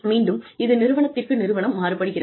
மீண்டும் இது நிறுவனத்திற்கு நிறுவனம் மாறுபடுகிறது